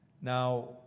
Now